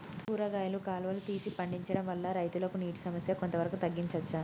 కూరగాయలు కాలువలు తీసి పండించడం వల్ల రైతులకు నీటి సమస్య కొంత వరకు తగ్గించచ్చా?